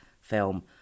film